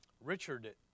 Richard